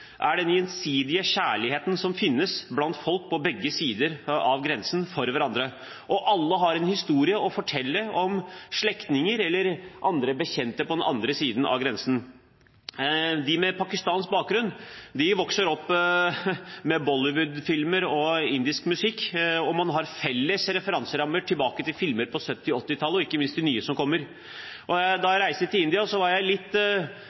er den gjensidige kjærligheten som folk har for hverandre på begge sidene av grensen. Og alle har en historie å fortelle om slektninger eller andre bekjente på den andre siden av grensen. De med pakistansk bakgrunn vokser opp med Bollywood-filmer og indisk musikk, og man har felles referanserammer tilbake til filmer på 1970- og 1980-tallet og ikke minst de nye som kommer. Da jeg reiste til India, var jeg litt